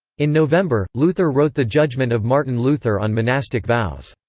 in november, luther wrote the judgement of martin luther on monastic vows.